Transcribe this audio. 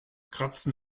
kratzen